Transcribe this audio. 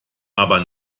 aber